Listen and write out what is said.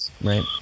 Right